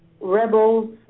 rebels